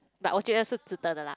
but 我觉得是值得的 lah